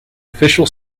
official